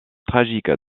tragique